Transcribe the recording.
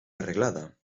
arreglada